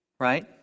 Right